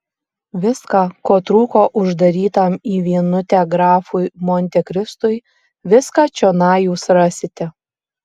viską ko trūko uždarytam į vienutę grafui montekristui viską čionai jūs rasite